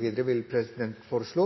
Videre vil presidenten foreslå